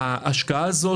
ההשקעה הזאת,